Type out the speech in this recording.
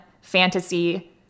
fantasy